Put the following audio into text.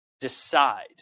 decide